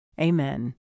Amen